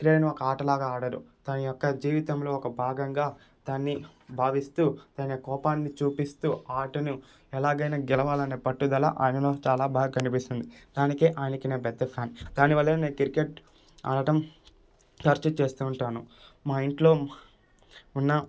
cricket ఒక ఆట లాగా ఆడరు దాని యొక్క జీవితంలో ఒక భాగంగా దాన్ని భావిస్తూ తన కోపాన్ని చూపిస్తూ ఆటను ఎలాగైనా గెలవాలనే పట్టుదల ఆయనలో చాలా బాగా కనిపిస్తుంది దానికే ఆయనకి నేను పెద్ద ఫ్యాన్ దానివలనే నేను క్రికెట్ ఆడటం తరచూ చేస్తుంటాను మా ఇంట్లో మొన్న